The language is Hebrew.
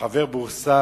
לחבר בורסה